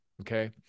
okay